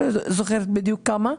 לא זוכרת בדיוק כמה,